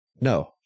no